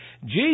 Jesus